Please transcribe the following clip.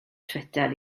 twitter